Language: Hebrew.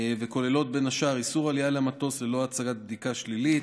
וכוללות בין השאר איסור עלייה למטוס ללא הצגת בדיקה שלילית,